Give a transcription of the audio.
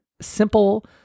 simple